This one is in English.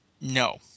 No